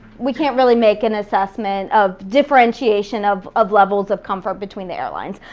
we can't really make an assessment of differentiation of of levels of comfort between the airlines,